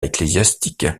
ecclésiastique